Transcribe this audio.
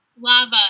lava